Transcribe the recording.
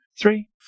three